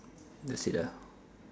that's it lah